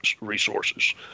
resources